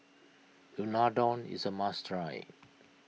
Unadon is a must try